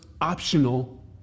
optional